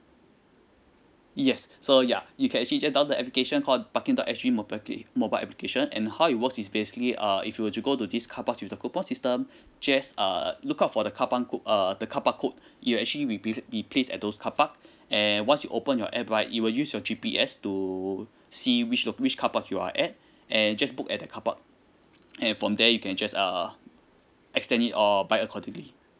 yes so yeah you can actually just download the application call parking dot S G mobile appli~ mobile application and how it works is basically uh if you were to go to these carparks with the coupon system just err look out for the carpark code err the carpark code it will actually be plac~ be placed at those carpark and once you open your app right it will use your G_P_S to see which which carpark you are at and just book at the carpark and from there you can just err extend it or buy accordingly